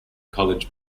college